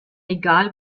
egal